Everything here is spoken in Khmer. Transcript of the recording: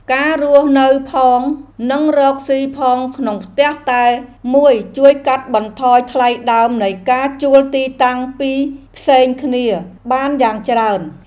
ការរស់នៅផងនិងរកស៊ីផងក្នុងផ្ទះតែមួយជួយកាត់បន្ថយថ្លៃដើមនៃការជួលទីតាំងពីរផ្សេងគ្នាបានយ៉ាងច្រើន។